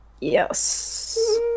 Yes